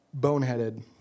boneheaded